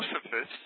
Josephus